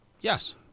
Yes